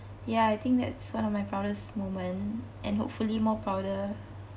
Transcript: ya I think that's one of my proudest moment and hopefully more prouder